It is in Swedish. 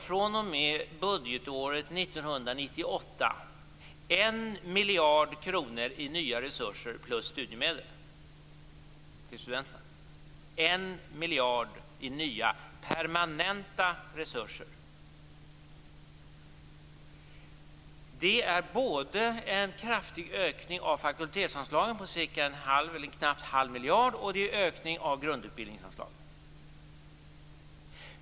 fr.o.m. budgetåret 1998 tillförs högskolan 1 miljard kronor i nya resurser plus studiemedel till studenterna - 1 miljard i nya, permanenta resurser. Det är både en kraftig ökning av fakultetsanslagen på knappt en halv miljard, och det är en ökning av grundutbildningsanslagen.